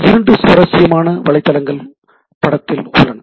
இரண்டு சுவாரசியமான வலைத்தளங்கள் படத்தில் உள்ளன